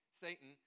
Satan